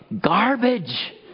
garbage